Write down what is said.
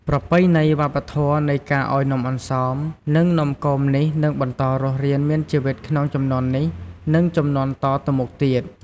ប្រពៃណីវប្បធម៌នៃការឱ្យនំអន្សម និងនំគមនេះនឹងបន្តរស់រានមានជីវិតក្នុងជំនាន់នេះ និងជំនាន់តទៅមុខទៀត។